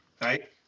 right